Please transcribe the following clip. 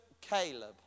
Caleb